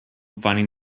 finding